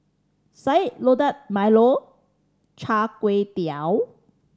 Sayur Lodeh milo Char Kway Teow